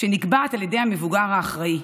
שנקבעת על ידי המבוגר האחראי.